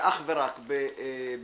ואך ורק בנהיגה,